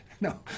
No